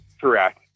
Correct